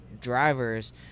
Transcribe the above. drivers